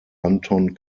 anton